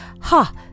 Ha